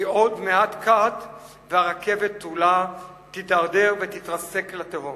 כי עוד מעט קט והרכבת כולה תידרדר ותתרסק לתהום.